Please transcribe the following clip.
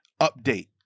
update